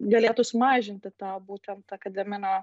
galėtų sumažinti tą būtent akademinio